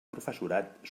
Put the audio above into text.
professorat